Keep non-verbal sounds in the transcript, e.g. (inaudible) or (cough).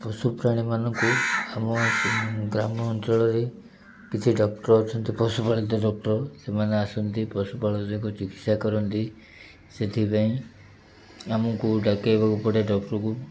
ପଶୁପ୍ରାଣୀମାନଙ୍କୁ ଆମ ଗ୍ରାମ ଅଞ୍ଚଳରେ କିଛି ଡକ୍ଟର୍ ଅଛନ୍ତି ପଶୁପାଳିତ ଡକ୍ଟର୍ ସେମାନେ ଆସନ୍ତି ପଶୁପାଳ (unintelligible) ଚିକିତ୍ସା କରନ୍ତି ସେଥିପାଇଁ ଆମକୁ ଡକେଇବାକୁ ପଡ଼େ ଡକ୍ଟର୍କୁ